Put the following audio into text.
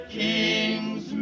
kings